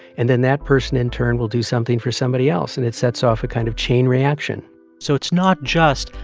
and then that person, in turn, will do something for somebody else. and it sets off a kind of chain reaction so it's not just,